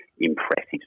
impressive